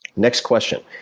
next question.